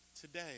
today